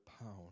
pound